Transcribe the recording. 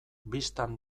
bistan